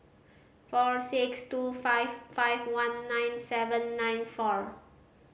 four six two five five one nine seven nine four